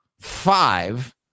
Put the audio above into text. five